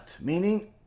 meaning